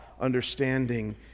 understanding